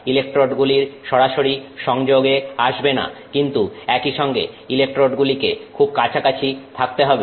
ইলেকট্রোডগুলি সরাসরি সংযোগে আসবে না কিন্তু একইসঙ্গে ইলেকট্রোড গুলিকে খুব কাছাকাছি থাকতে হবে